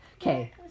okay